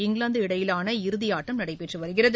இங்கிலாந்து இடையிலான இறுதி ஆட்டம் நடைபெற்று வருகிறது